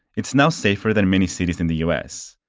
it's now safer than many cities in the u s.